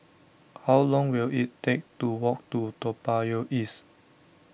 how long will it take to walk to Toa Payoh East